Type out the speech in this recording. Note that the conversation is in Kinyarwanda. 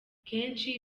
kenshi